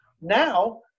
Now